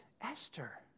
Esther